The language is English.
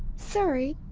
sorry,